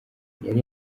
yari